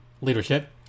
leadership